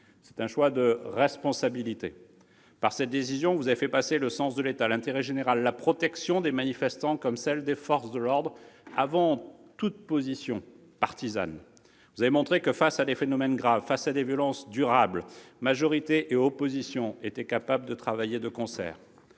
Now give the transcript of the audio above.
C'est un choix de responsabilité. Oui ! Par cette décision, vous avez fait passer le sens de l'État, l'intérêt général, la protection des manifestants comme celle des forces de l'ordre avant toute position partisane. Vous avez montré que, face à des phénomènes graves, face à des violences durables, majorité et opposition étaient capables de travailler de concert.